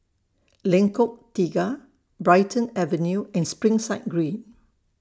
Lengkong Tiga Brighton Avenue and Springside Green